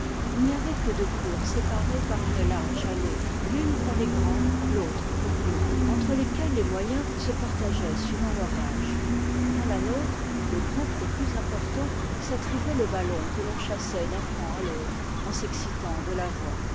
il n'y avait que deux cours séparées par une large allée l'une pour les grands l'autre pour nous entre lesquelles les moyens se partageaient suivant leur âge dans la nôtre le groupe le plus important s'attribuait le ballon que l'on chassait d'un camp à l'autre en s'excitant de la voix